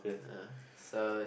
uh so